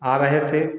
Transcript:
आ रहे थे